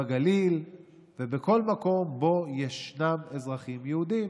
בגליל ובכל מקום שבו ישנם אזרחים יהודים.